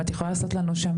אם את יכולה לעשות לנו שם,